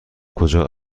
کجا